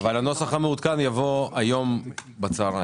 אבל הנוסח המעודכן יבוא היום בצוהריים.